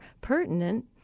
pertinent